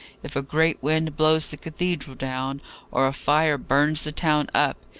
if a great wind blows the cathedral down, or a fire burns the town up,